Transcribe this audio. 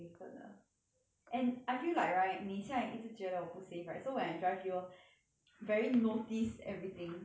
and I feel like right 你现在一直觉得我不 safe right so when I drive you will very notice everything then you will think it's not safe